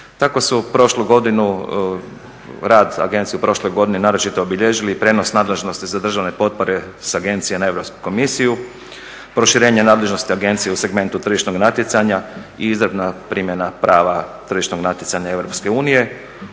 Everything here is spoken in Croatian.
Tako su prošlu godinu rad agencije u prošloj godini naročito obilježili prijenos nadležnosti za državne potpore sa agencije na Europsku komisiju, proširenje nadležnosti agencije u segmentu tržišnog natjecanja i izravna primjena prava tržišnog natjecanja EU, uvođenje